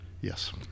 Yes